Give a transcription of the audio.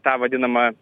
tą vadinamą